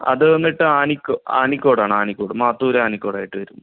അതു വന്നിട്ട് ആനിക്കോടാണ് ആനിക്കോട് മാത്തൂർ ആനിക്കോടായിട്ട് വരും